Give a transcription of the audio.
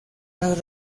las